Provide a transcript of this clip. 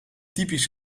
typisch